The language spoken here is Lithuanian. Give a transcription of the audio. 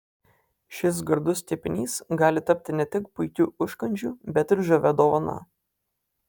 šis gardus kepinys gali tapti ne tik puikiu užkandžiu bet ir žavia dovana